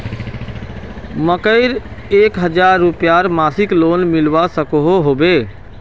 मकईर एक हजार रूपयार मासिक लोन मिलवा सकोहो होबे?